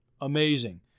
amazing